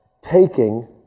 taking